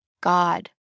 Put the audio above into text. God